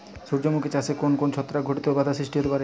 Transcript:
সূর্যমুখী চাষে কোন কোন ছত্রাক ঘটিত বাধা সৃষ্টি হতে পারে?